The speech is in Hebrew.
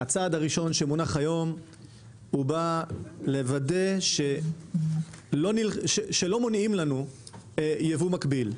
הצעד הראשון שמונח היום בא לוודא שלא מונעים ייבוא מקביל.